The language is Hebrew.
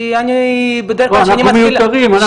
לא, אנחנו מיותרים פה.